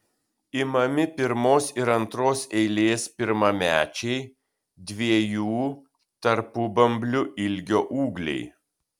imami pirmos ir antros eilės pirmamečiai dviejų tarpubamblių ilgio ūgliai